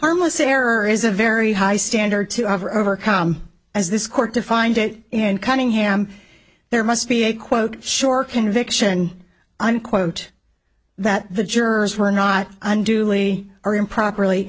harmless error is a very high standard to overcome as this court defined it and cunningham there must be a quote sure conviction unquote that the jurors were not unduly or improperly